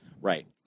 Right